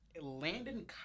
Landon